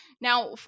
now